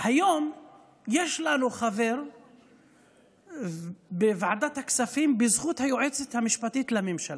היום יש לנו חבר בוועדת הכספים בזכות היועצת המשפטית לממשלה,